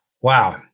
Wow